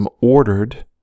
ordered